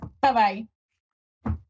Bye-bye